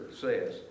says